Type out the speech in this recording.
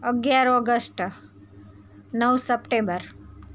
અગિયાર ઓગષ્ટ નવ સપ્ટેબર